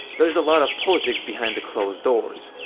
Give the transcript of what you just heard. there is a lot of politics behind the closed doors.